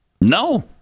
No